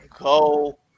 go